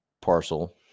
parcel